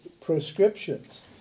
prescriptions